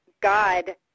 God